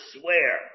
swear